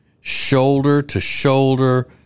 shoulder-to-shoulder